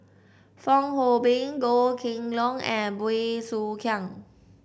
Fong Hoe Beng Goh Kheng Long and Bey Soo Khiang